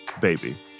baby